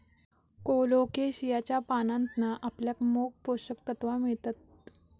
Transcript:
कोलोकेशियाच्या पानांतना आपल्याक मोप पोषक तत्त्वा मिळतत